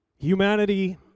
Humanity